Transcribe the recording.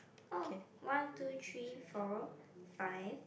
oh one two three four five